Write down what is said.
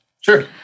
sure